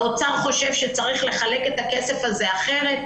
האוצר חושב שצריך לחלק את הכסף הזה אחרת.